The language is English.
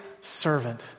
servant